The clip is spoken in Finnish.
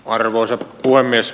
arvoisa puhemies